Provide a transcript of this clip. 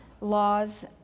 laws